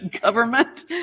government